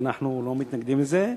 ואנחנו לא מתנגדים לזה,